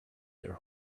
their